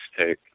take